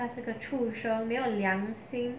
他是个畜生没有良心